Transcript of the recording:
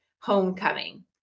homecoming